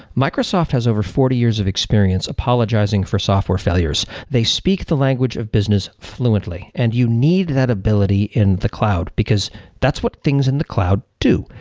microsoft has over forty years of experience apologizing for software failures. they speak the language of business fluently, and you need that ability in the cloud, because that's what things in the cloud do.